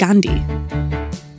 Gandhi